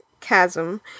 Chasm